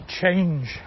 change